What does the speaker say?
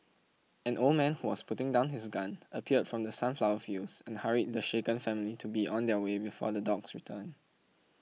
an old man who was putting down his gun appeared from the sunflower fields and hurried the shaken family to be on their way before the dogs return